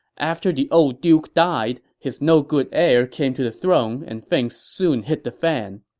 after the old duke died, his no-good heir came to the throne, and things soon hit the fan.